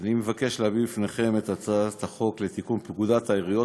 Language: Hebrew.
אני מבקש להביא לפניכם את הצעת חוק לתיקון פקודת העיריות